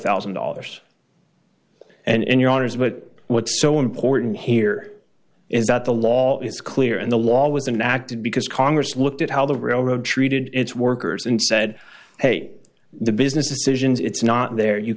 thousand dollars and in your honors but what's so important here is that the law is clear and the law was enacted because congress looked at how the railroad treated its workers and said hey the business decisions it's not in there you